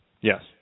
Yes